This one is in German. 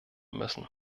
müssen